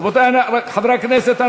רבותי חברי הכנסת,